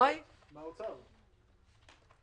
שהוא יקוצץ פה ויסרבו להנפיק לו כרטיס אשראי חדש?